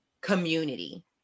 community